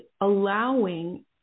allowing